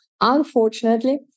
Unfortunately